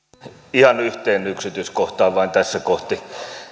ihan yhteen yksityiskohtaan vain